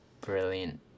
brilliant